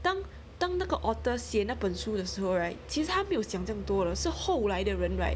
当当那个 author 写那本书的时候 right 其实他没有想这么多的是后来人 right